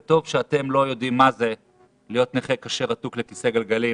וטוב שאתם לא יודעים מה זה להיות נכה קשה רתוק לכיסא גלגלים